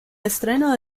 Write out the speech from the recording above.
estreno